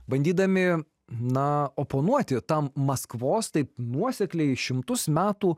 bandydami na oponuoti tam maskvos taip nuosekliai šimtus metų